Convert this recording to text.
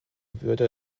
würde